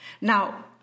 Now